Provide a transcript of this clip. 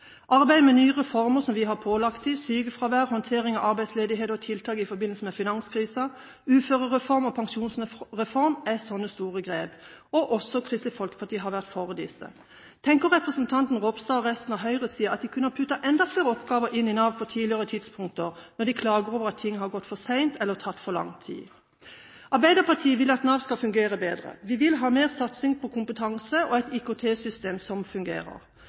med nye reformer som vi har pålagt dem, som sykefravær, håndtering av arbeidsledighet og tiltak i forbindelse med finanskrisen, uførereform og pensjonsreform er sånne store grep. Også Kristelig Folkeparti har vært for disse. Tenker representanten Ropstad og resten av høyresiden at de kunne ha puttet enda flere oppgaver inn i Nav på tidligere tidspunkt når de klager over at ting har gått for sent eller tatt for lang tid? Arbeiderpartiet vil at Nav skal fungere bedre. Vi vil ha mer satsing på kompetanse og et IKT-system som fungerer.